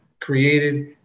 created